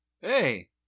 Hey